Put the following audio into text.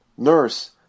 Nurse